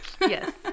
yes